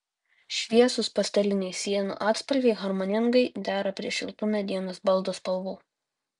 šviesūs pasteliniai sienų atspalviai harmoningai dera prie šiltų medienos baldų spalvų